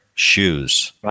shoes